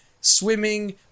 swimming